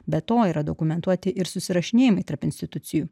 be to yra dokumentuoti ir susirašinėjimai tarp institucijų